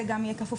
גם מבחינת